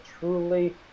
truly